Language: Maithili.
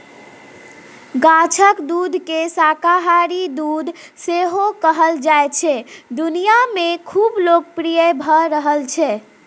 गाछक दुधकेँ शाकाहारी दुध सेहो कहल जाइ छै दुनियाँ मे खुब लोकप्रिय भ रहल छै